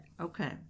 Okay